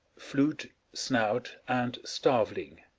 flute, snout, and starveling